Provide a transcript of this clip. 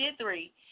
three